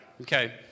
Okay